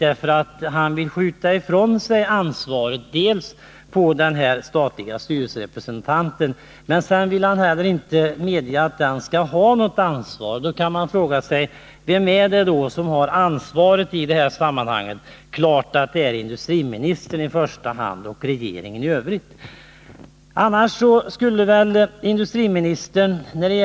Dels vill han skjuta ifrån sig ansvaret på den statlige styrelserepresentanten, dels vill han inte medge att denne skall ha något ansvar. Då frågar man sig: Vem har ansvaret i detta sammanhang? Det är klart att det i första hand är industriministern och regeringen som har ansvaret.